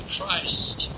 Christ